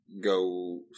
go